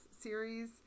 series